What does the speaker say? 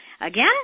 Again